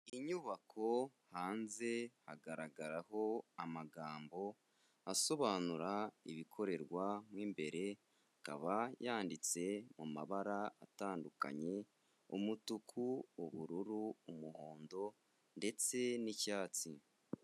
Inyubako hanze hagaragaraho amagambo asobanura ibikorerwa mo imbere akaba yanditse mu mabara atandukanye umutuku, ubururu, umuhondo ndetse n'icyatsi.